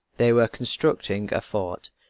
they were constructing a fort.